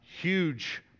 huge